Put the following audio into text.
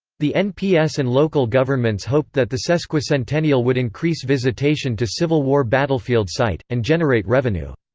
the nps and local governments hoped that the sesquicentennial would increase visitation to civil war battlefield site, and generate revenue.